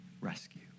rescue